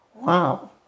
Wow